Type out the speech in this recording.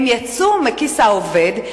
הם יצאו מכיס העובד,